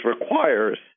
requires